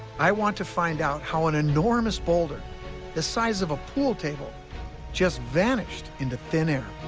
i want to find out how an enormous boulder the size of a pool table just vanished into thin air.